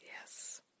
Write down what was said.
Yes